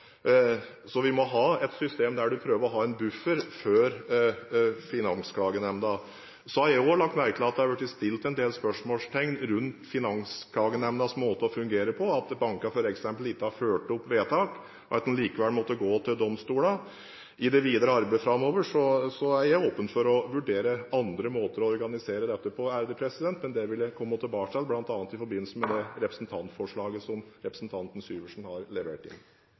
Vi må ha et system der en prøver å ha en buffer før domstolene. Jeg har også lagt merke til at det har blitt satt en del spørsmålstegn ved Finansklagenemndas måte å fungere på, at bankene f.eks. ikke har fulgt opp vedtak og man likevel måtte gå til domstolene. I det videre arbeid framover er jeg åpen for å vurdere andre måter å organisere dette på, men det vil jeg komme tilbake til, bl.a. i forbindelse med det representantforslaget som representanten Syversen har levert